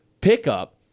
pickup